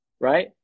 right